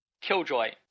Killjoy